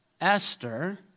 Esther